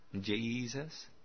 Jesus